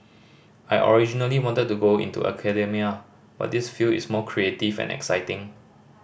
I originally wanted to go into academia but this field is more creative and exciting